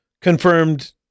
confirmed